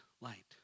light